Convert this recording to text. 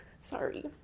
sorry